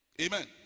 amen